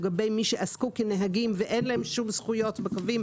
לגבי מי שעסקו כנהגים ואין להם שום זכויות בקווים,